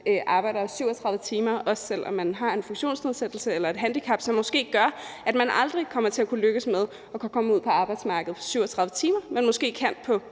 arbejder 37 timer om ugen, også selv om man har en funktionsnedsættelse eller et handicap, som måske gør, at man aldrig kommer til at kunne lykkes med at komme ud på arbejdsmarkedet og arbejde 37 timer om ugen, men måske kan